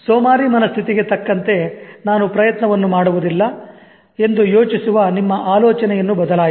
ಸೋಮಾರಿ ಮನಸ್ಥಿತಿಗೆ ತಕ್ಕಂತೆ ನಾನು ಪ್ರಯತ್ನವನ್ನು ಮಾಡುವುದಿಲ್ಲ ಎಂದು ಯೋಚಿಸುವ ನಿಮ್ಮ ಆಲೋಚನೆಯನ್ನು ಬದಲಾಯಿಸಿ